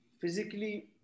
physically